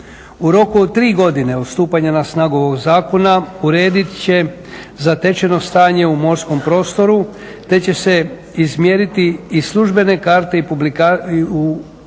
U roku od 3 godine od stupanja na snagu ovog zakona uredit će zatečeno stanje u morskom prostoru te će se izmjeriti i u službene karte i publikacije